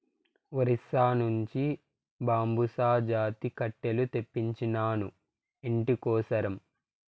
ఒరిస్సా నుంచి బాంబుసా జాతి కట్టెలు తెప్పించినాను, ఇంటి కోసరం